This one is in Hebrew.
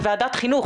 בוועדת חינוך,